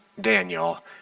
Daniel